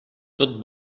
tot